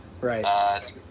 Right